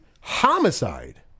Homicide